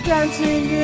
Dancing